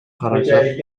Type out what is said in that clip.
каражат